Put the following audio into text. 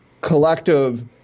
collective